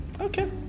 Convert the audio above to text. okay